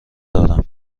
دارم